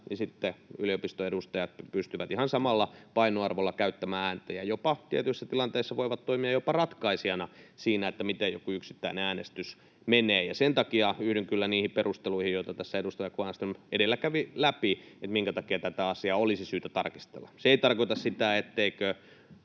sitten yliopiston edustajat pystyvät ihan samalla painoarvolla käyttämään ääntä ja tietyissä tilanteissa voivat toimia jopa ratkaisijana siinä, miten joku yksittäinen äänestys menee. Sen takia yhdyn kyllä niihin perusteluihin, joita tässä edustaja Kvarnström edellä kävi läpi, minkä takia tätä asiaa olisi syytä tarkastella. Se ei tarkoita sitä, etteikö